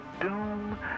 Doom